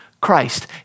Christ